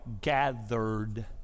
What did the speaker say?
gathered